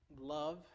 love